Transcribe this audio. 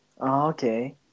okay